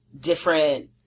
different